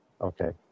Okay